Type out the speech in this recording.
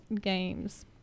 games